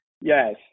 Yes